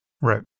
Right